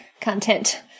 content